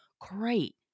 Great